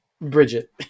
Bridget